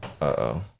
Uh-oh